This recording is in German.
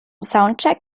soundcheck